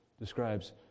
describes